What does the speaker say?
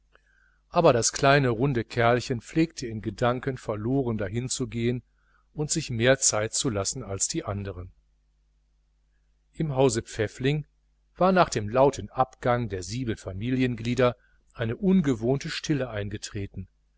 aber das kleine runde kerlchen pflegte in gedanken verloren dahinzugehen und sich mehr zeit zu lassen als die andern im hause pfäffling war nach dem lauten abgang der sieben familienmitglieder eine ungewohnte stille eingetreten